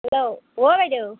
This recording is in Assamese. হেল্ল' অ' বাইদেউ